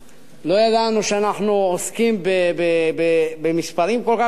לא ידענו שאנחנו עוסקים במספרים כל כך גדולים.